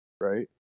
right